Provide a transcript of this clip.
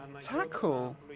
tackle